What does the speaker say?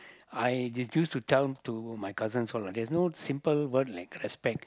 I refuse to tell to my cousins all ah there's no simple word like respect